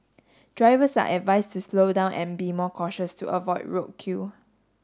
drivers are advised to slow down and be more cautious to avoid roadkill